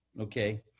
okay